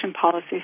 Policy